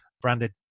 branded